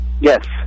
Yes